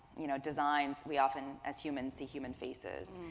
you know, designs, we often, as humans, see human faces.